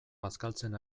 bazkaltzen